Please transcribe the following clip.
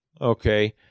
Okay